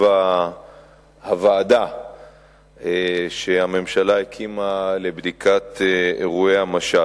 הוועדה שהממשלה הקימה לבדיקת אירועי המשט.